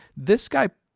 this guy,